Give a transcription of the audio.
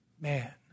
Man